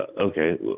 okay